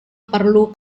perlu